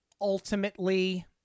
ultimately